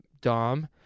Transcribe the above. Dom